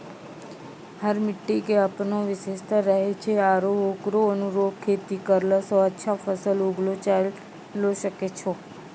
हर मिट्टी के आपनो विशेषता रहै छै आरो होकरो अनुरूप खेती करला स अच्छा फसल उगैलो जायलॅ सकै छो